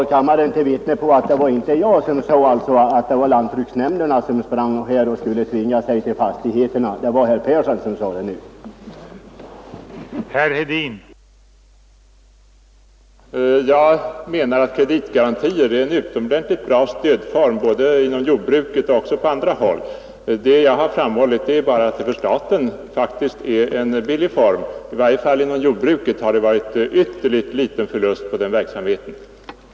Jag tar kammaren till vittne på att det inte var jag som sade att lantbruksnämndema tilltvingar sig fastigheter; det var herr Persson i Skänninge som sade det.